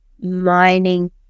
mining